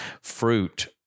fruit